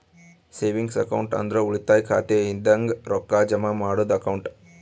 savings account ಅಂದ್ರ ಉಳಿತಾಯ ಖಾತೆ ಇದಂಗ ರೊಕ್ಕಾ ಜಮಾ ಮಾಡದ್ದು ಅಕೌಂಟ್